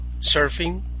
surfing